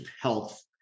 health